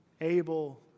Abel